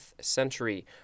century